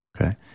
okay